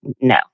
No